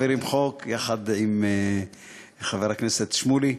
מעבירים חוק, יחד עם חבר הכנסת שמולי.